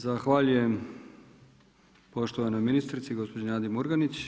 Zahvaljujem poštovanoj ministrici, gospođi Nadi Murganić.